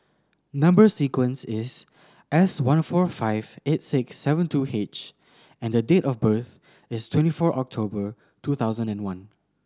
number sequence is S one four five eight six seven two H and the date of birth is twenty four October two thousand and one